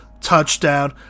touchdown